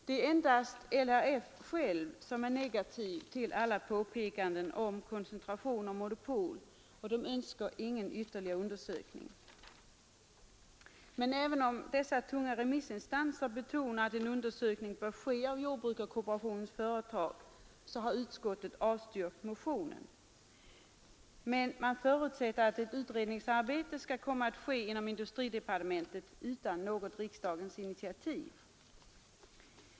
Det är endast LRF självt som är negativt till alla påpekanden om koncentration och monopol, och LRF önskar ingen ytterligare undersökning. Trots att de tunga remissinstanserna betonat att en undersökning bör ske av jordbrukskooperationens företag har utskottet avstyrkt motionen. Men utskottet förutsätter att ett utredningsarbete skall komma att ske inom industridepartementet utan något riksdagens initiativ.